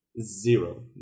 Zero